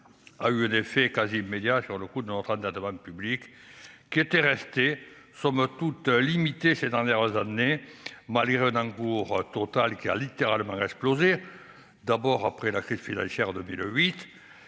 a eu un effet quasi immédiat sur le coup de l'entrée de la demande publique qui était resté somme toute limité ces dernières années malgré un encours total qui a littéralement explosé d'abord après la crise financière de